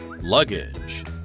Luggage